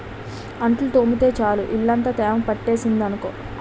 అంట్లు తోమితే చాలు ఇల్లంతా తేమ పట్టేసింది అనుకో